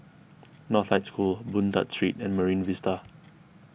Northlight School Boon Tat Street and Marine Vista